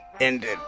ended